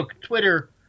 Twitter